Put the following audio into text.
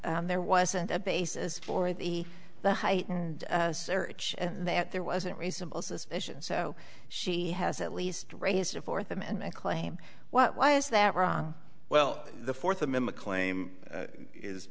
that there wasn't a basis for the the heightened search and that there wasn't reasonable suspicion so she has at least raised a fourth amendment claim what why is that wrong well the fourth amendment claim